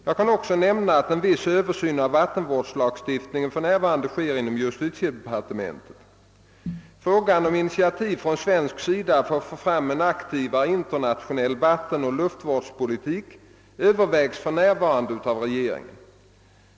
Jag kan också nämna att en viss översyn av vattenvårdslagstiftningen för närvarande sker inom justitiedepartementet. Frågan om initiativ från svensk sida för att få fram en aktivare internationell vattenoch luftvårdspolitik övervägs för närvarande av regeringen.